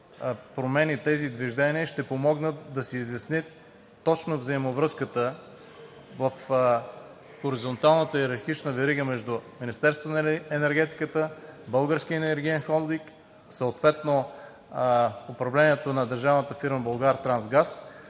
промени, тези движения ще помогнат да се изясни точно взаимовръзката в хоризонталната йерархична верига между Министерството на енергетиката, Българския енергиен холдинг, съответно управлението на държавната фирма „Булгартрансгаз“,